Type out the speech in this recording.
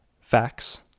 facts